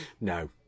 no